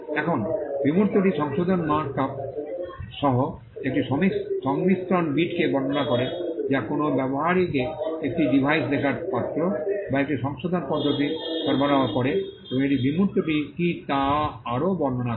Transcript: এখন বিমূর্তটি সংশোধন মার্কআপ সহ একটি সংমিশ্রণ বিটকে বর্ণনা করে যা কোনও ব্যবহারকারীকে একটি ডিভাইসে লেখার পাত্র এবং একটি সংশোধন পদ্ধতি সরবরাহ করে এবং এটি বিমূর্তটি কী তা আরও বর্ণনা করে